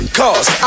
cause